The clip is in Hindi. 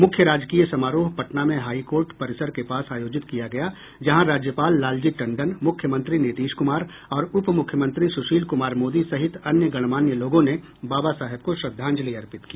मुख्य राजकीय समारोह पटना में हाई कोर्ट परिसर के पास आयोजित किया गया जहां राज्यपाल लालजी टंडन मुख्यमंत्री नीतीश कुमार और उपमुख्यमंत्री सुशील कुमार मोदी सहित अन्य गणमान्य लोगों ने बाबा साहेब को श्रद्धांजलि अर्पित की